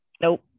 Nope